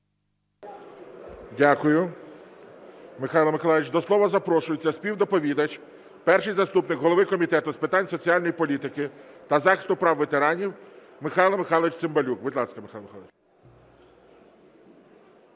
Дякую, Михайло Миколайович. До слова запрошується співдоповідач – перший заступник голови Комітету з питань соціальної політики та захисту прав ветеранів Михайло Михайлович Цимбалюк. Будь ласка, Михайло Михайлович.